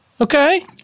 Okay